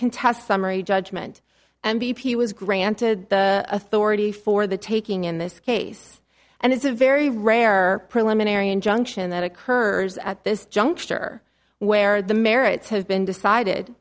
contest summary judgment and b p was granted the authority for the taking in this case and it's a very rare preliminary injunction that occurs at this juncture where the merits have been decided